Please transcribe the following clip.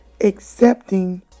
accepting